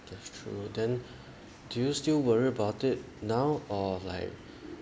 that's true then do you still worry about it now or like